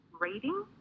reading